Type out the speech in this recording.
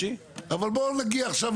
אבל בואו נגיע עכשיו